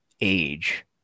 age